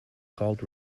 called